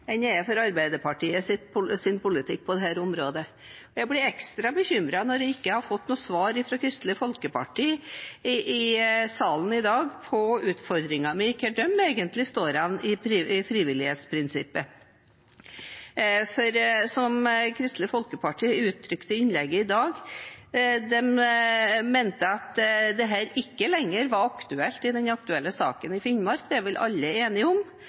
jeg er for Arbeiderpartiets politikk på dette området. Og jeg blir ekstra bekymret når jeg ikke har fått noe svar fra Kristelig Folkeparti i salen i dag på utfordringen min om hvor de egentlig står i frivillighetsprinsippet. For Kristelig Folkeparti uttrykte i innlegget i dag at de mente dette ikke lenger var aktuelt i den aktuelle saken i Finnmark, og det er vel alle enige om. Men så sier de at det er